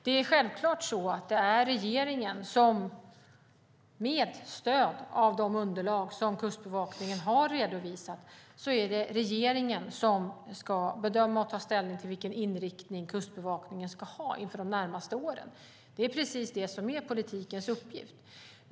Det är självklart att det är regeringen som, med stöd av de underlag som Kustbevakningen har redovisat, ska bedöma och ta ställning till vilken inriktning som Kustbevakningen ska ha under de närmaste åren. Det är precis det som är politikens uppgift.